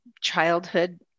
childhood